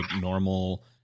normal